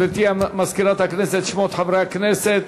גברתי מזכירת הכנסת, את שמות חברי הכנסת.